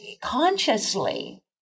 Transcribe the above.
consciously